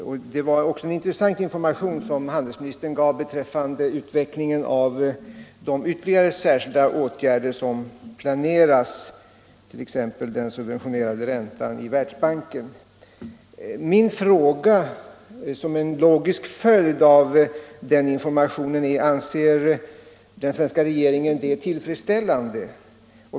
Handelsministern gav en intressant information beträffande utvecklingen av de ytterligare särskilda åtgärder som planeras, t.ex. den subventionerade räntan i Världsbanken. Min fråga såsom en logisk följd av denna information blir: Anser den svenska regeringen att detta är tillfredsställande?